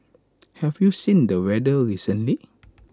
have you seen the weather recently